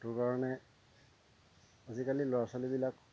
সেইটো কাৰণে আজিকালি ল'ৰা ছোৱালীবিলাক